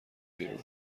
بیرون